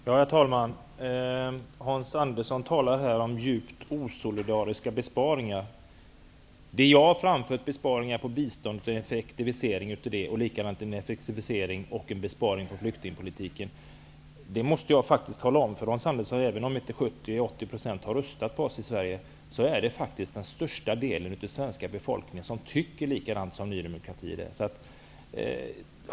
Herr talman! Hans Andersson talar om djupt osolidariska besparingar. Det jag har framfört är besparingar i biståndet och en effektivisering av det. Likadant föreslår vi en effektivisering och en besparing på flyktingpolitikens område. Jag måste faktiskt tala om för Hans Andersson att även om inte 70--80 % av människorna i Sverige har röstat på oss, tycker faktiskt den största delen av svenska befolkningen likadant som Ny demokrati i det här fallet.